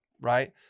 right